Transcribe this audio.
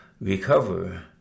recover